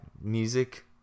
music